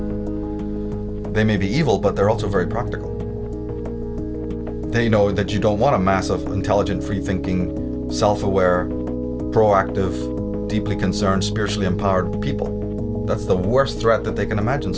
practical they may be evil but they're also very practical they know that you don't want to mass of intelligent free thinking self aware proactive deeply concerned spiritually empowered people that's the worst threat that they can imagine